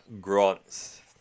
Grant's